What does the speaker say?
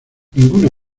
ninguna